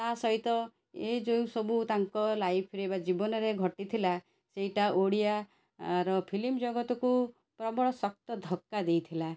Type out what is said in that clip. ତା ସହିତ ଏ ଯେଉଁ ସବୁ ତାଙ୍କ ଲାଇଫରେ ବା ଜୀବନରେ ଘଟିଥିଲା ସେଇଟା ଓଡ଼ିଆର ଫିଲ୍ମ୍ ଜଗତକୁ ପ୍ରବଳ ଶକ୍ତ ଧକ୍କା ଦେଇଥିଲା